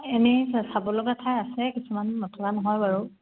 এনেই চাব লগা ঠাই আছে কিছুমান নথকা নহয় বাৰু